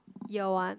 year one